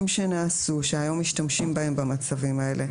שנעשו שהיום משתמשים בהם במצבים האלה,